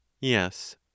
yes